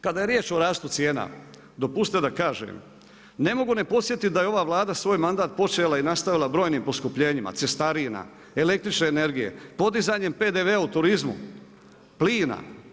Kada je riječ o rastu cijena, dopustite da kažem, ne mogu ne podsjetiti da je ova Vlada svoj mandat počela nastavila brojim poskupljenjima cestarina, električne energije, podizanjem PDV-a u turizmu, plina.